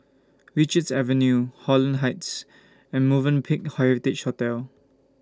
Richards Avenue Holland Heights and Movenpick Heritage Hotel